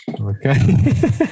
okay